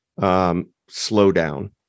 slowdown